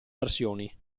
versioni